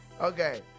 Okay